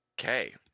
Okay